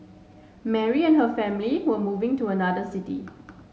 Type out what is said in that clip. Mary and her family were moving to another city